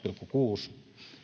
kuusi